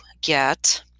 get